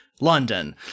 London